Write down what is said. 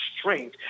strength